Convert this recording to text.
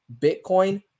Bitcoin